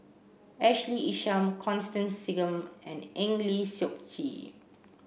Ashley Isham Constance Singam and Eng Lee Seok Chee